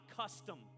custom